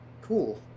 Cool